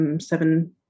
seven